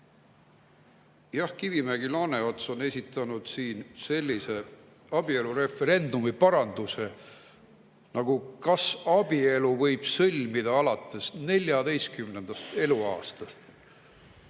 Jah, Kivimägi ja Laaneots on esitanud sellise abielureferendumi parandus[ettepaneku], nagu: kas abielu võib sõlmida alates 14. eluaastast?